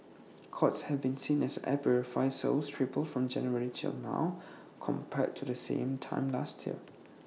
courts has been seen as air purifier sales triple from January till now compared to the same time last year